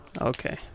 Okay